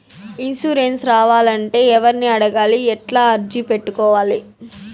Insurance రావాలంటే ఎవర్ని అడగాలి? ఎట్లా అర్జీ పెట్టుకోవాలి?